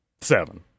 Seven